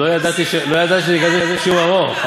לא ידעתי שזה כזה שיעור ארוך,